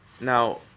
Now